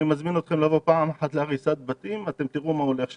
אני מזמין אתכם לבוא פעם אחת להריסת בתים ולראות מה הולך שם.